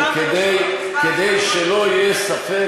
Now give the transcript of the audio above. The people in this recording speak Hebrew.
--- אבל כדי שלא יהיה ספק,